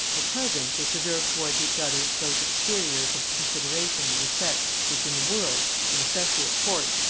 at present they preserved towards each other those exteriors of consideration and respect which in the world, and especially at courts,